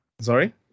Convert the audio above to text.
sorry